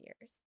years